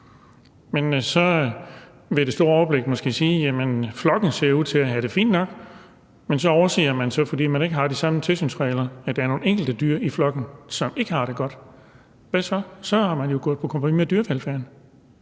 Men så vil det store overblik måske sige, at flokken ser ud til at have det fint nok, men så overser man, fordi man ikke har de samme tilsynsregler, at der er nogle enkelte dyr i flokken, som ikke har det godt. Hvad så? Så er man jo gået på kompromis med dyrevelfærden.